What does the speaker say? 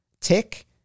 Tick